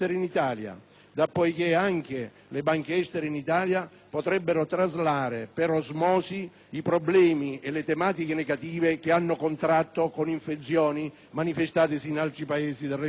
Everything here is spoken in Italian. poiché anche le banche estere in Italia potrebbero traslare per osmosi i problemi e le tematiche negative che hanno contratto con infezioni manifestatesi in altri Paesi del resto del mondo.